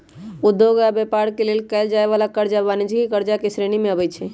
उद्योग आऽ व्यापार के लेल कएल जाय वला करजा वाणिज्यिक करजा के श्रेणी में आबइ छै